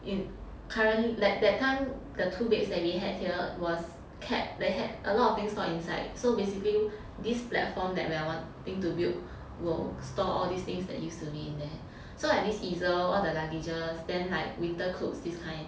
in current~ like that time the two beds that we had here was kept they had a lot of things stored inside so basically this platform that we are wanting to build will store all these things that use to be in there so at least easel all the luggages then like winter clothes this kind